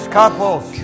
couples